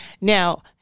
Now